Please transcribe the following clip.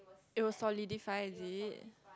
it will solidify is it